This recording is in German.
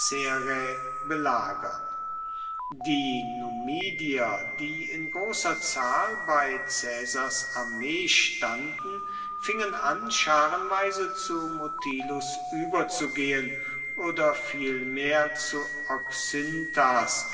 belagern die numidier die in großer zahl bei caesars armee standen fingen an scharenweise zu mutilus überzugehen oder vielmehr zu